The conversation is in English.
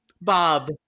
Bob